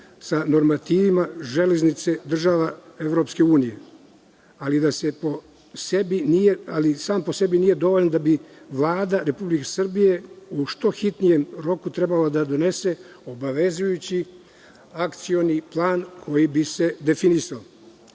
sa normativima železnice država EU, ali sam po sebi nije dovoljan, pa bi Vlada Republike Srbije u što hitnijem roku trebalo da donese obavezujući akcioni plan kojim bi se definisao.